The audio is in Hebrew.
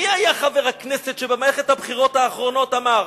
מי היה חבר הכנסת שבמערכת הבחירות האחרונות אמר: